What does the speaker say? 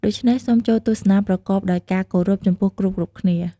ដូច្នេះសូមចូលទស្សនាប្រកបដោយការគោរពចំពោះគ្រប់ៗគ្នា។